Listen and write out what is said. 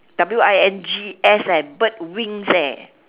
W I N G S eh bird wings leh